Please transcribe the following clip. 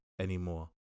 anymore